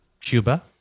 Cuba